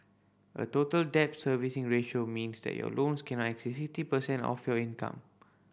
a Total Debt Servicing Ratio means that your loans cannot exceed sixty percent of your income